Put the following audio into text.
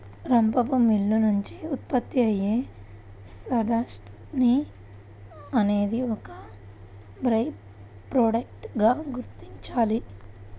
రంపపు మిల్లు నుంచి ఉత్పత్తి అయ్యే సాడస్ట్ ని అనేది ఒక బై ప్రొడక్ట్ గా గుర్తించాలి